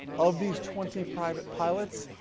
of these twenty private pilots,